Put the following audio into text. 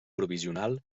provisional